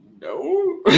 No